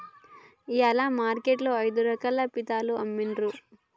ఇయాల మార్కెట్ లో ఐదు రకాల పీతలు అమ్మిన్రు